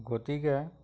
গতিকে